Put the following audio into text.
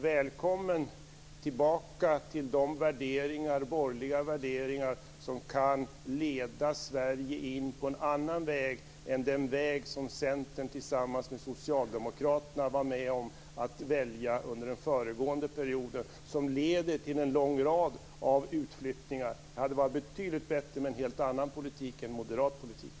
Välkommen tillbaka till de borgerliga värderingar som kan leda Sverige in på en annan väg än den väg som Centern tillsammans med Socialdemokraterna var med om att välja under den föregående perioden. Den valda vägen leder till en rad utflyttningar. Det hade varit betydligt bättre med en helt annan politik, nämligen en moderat politik.